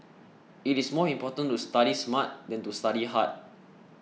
it is more important to study smart than to study hard